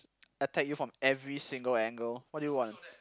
attack you from every single angle what do you want